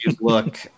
look